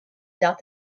south